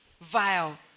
Vile